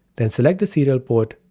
then select the serial port,